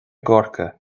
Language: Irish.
gcorcaigh